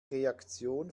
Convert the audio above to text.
reaktion